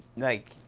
like,